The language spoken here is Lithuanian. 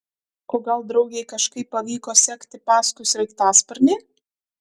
o gal draugei kažkaip pavyko sekti paskui sraigtasparnį